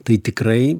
tai tikrai